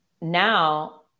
now